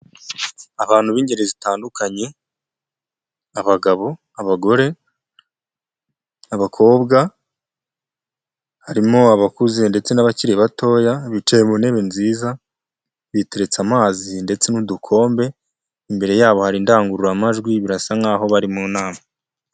Abantu b'ingeri zitandukanye, abagabo, abagore, abakobwa, harimo abakuze ndetse n'abakiri batoya, bicaye mu ntebe nziza, biteriretse amazi ndetse n'udukombe, imbere yabo hari indangururamajwi, birasa nk'aho bari mu nama.